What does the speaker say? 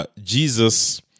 Jesus